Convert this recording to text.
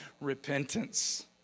repentance